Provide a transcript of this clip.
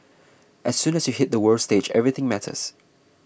as soon as you hit the world stage everything matters